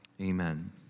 Amen